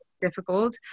difficult